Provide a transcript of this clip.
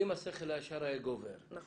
אם השכל הישר היה גובר,